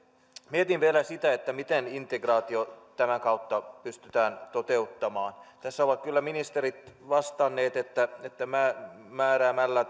mietin vielä miten integraatio tämän kautta pystytään toteuttamaan tässä ovat kyllä ministerit vastanneet että määräämällä